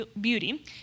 beauty